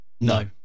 no